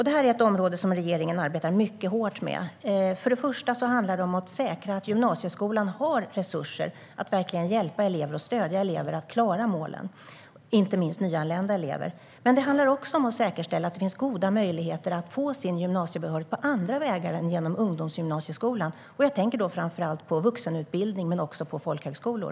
Det här är ett område som regeringen arbetar mycket hårt med. Det handlar om att säkra att gymnasieskolan har resurser för att verkligen hjälpa och stödja elever att klara målen, inte minst nyanlända elever. Men det handlar också om att säkerställa att det finns goda möjligheter att få gymnasiebehörighet på andra vägar än genom ungdomsgymnasieskolan. Då tänker jag framför allt på vuxenutbildning men också på folkhögskolor.